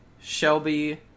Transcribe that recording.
Shelby